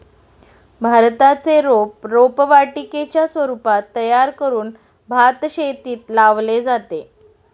भाताचे रोप रोपवाटिकेच्या स्वरूपात तयार करून भातशेतीत लावले जाते